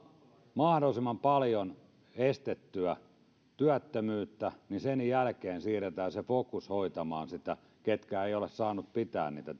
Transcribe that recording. mahdollisimman paljon estettyä työttömyyttä siirretään se fokus hoitamaan sitä ketkä eivät ole saaneet pitää niitä